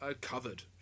covered